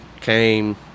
came